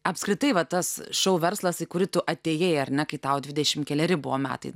apskritai va tas šou verslas į kurį tu atėjai ar ne kai tau dvidešim keleri buvo metai